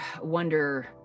wonder